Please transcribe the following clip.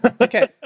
Okay